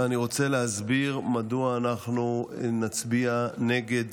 ואני רוצה להסביר מדוע אנחנו נצביע נגד